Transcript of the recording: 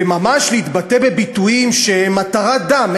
וממש להתבטא בביטויים שהם התרת דם,